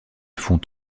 font